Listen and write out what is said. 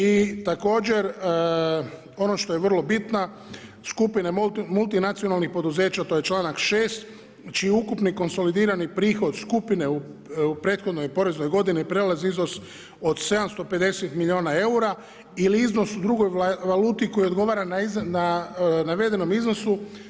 I također ono što je vrlo bitno, skupine multinacionalnih poduzeća to je članak 6. čiji ukupni konsolidirani prihod skupine u prethodnoj poreznoj godini prelazi iznos od 750 milijuna eura ili iznos u drugoj valuti koja odgovara navedenom iznosu.